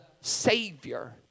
Savior